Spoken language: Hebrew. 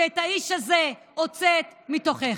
שאת האיש הזה הוצאת מתוכך.